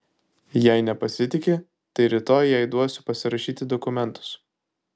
jei nepasitiki tai rytoj jai duosiu pasirašyti dokumentus